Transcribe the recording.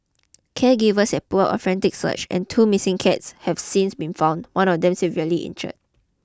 caregivers have put up a frantic search and two missing cats have since been found one of them severely injured